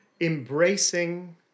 embracing